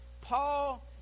Paul